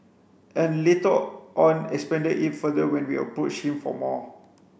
and later on expanded it further when we approached him for more